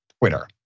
Twitter